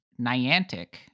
Niantic